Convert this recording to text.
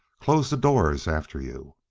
close the doors after you!